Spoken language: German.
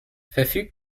verfügt